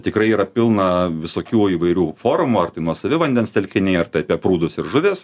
tikrai yra pilna visokių įvairių forumų ar tai nuosavi vandens telkiniai ar tai apie prūdus ir žuvis